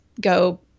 go